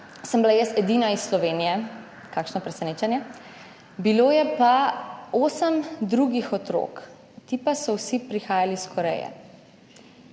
sem bila jaz edina iz Slovenije, kakšno presenečenje, bilo je pa osem drugih otrok, ti pa so vsi prihajali iz Koreje.